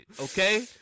Okay